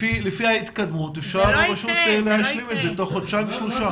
אפשר לעשות את זה תוך חודשיים-שלושה,